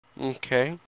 Okay